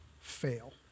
fail